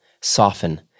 soften